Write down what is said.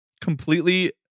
completely